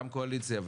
גם קואליציה,